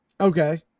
okay